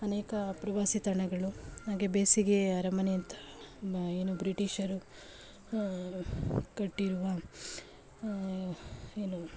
ಅನೇಕ ಪ್ರವಾಸಿ ತಾಣಗಳು ಹಾಗೆ ಬೇಸಿಗೆಯ ಅರಮನೆಯಂತ ಮಾ ಏನು ಬ್ರಿಟೀಷರು ಕಟ್ಟಿರುವ ಏನು